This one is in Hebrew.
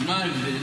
אז מה ההבדל?